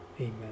Amen